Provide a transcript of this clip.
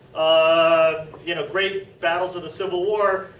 ah you know great battles of the civil war.